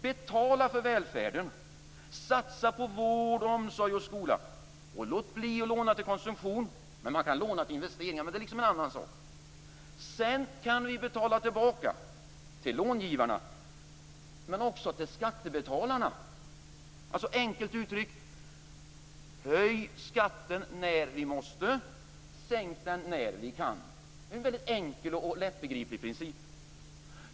Betala för välfärden, satsa på vård, omsorg och skola, låt bli att låna till konsumtion. Man kan låna till investeringar, men det är en annan sak. Sedan kan vi betala tillbaka till långivarna men också till skattebetalarna. Enkelt uttryckt: Höj skatten när vi måste, sänk den när vi kan. Det är en väldigt enkel och lättbegriplig princip.